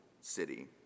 city